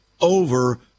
over